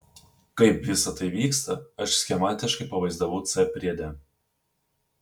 kaip visa tai vyksta aš schematiškai pavaizdavau c priede